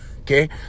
okay